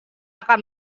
akan